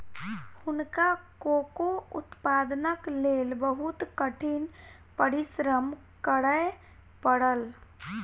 हुनका कोको उत्पादनक लेल बहुत कठिन परिश्रम करय पड़ल